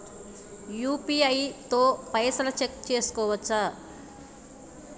UPI తో పైసల్ check చేసుకోవచ్చా?